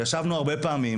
וישבנו הרבה פעמים